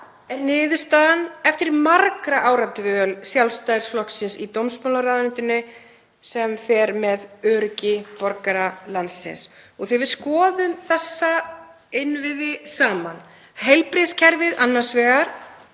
er niðurstaðan eftir margra ára dvöl Sjálfstæðisflokksins í dómsmálaráðuneytinu sem fer með öryggi borgara landsins. Þegar við skoðum þessa innviði saman, heilbrigðiskerfið annars vegar